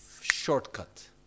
shortcut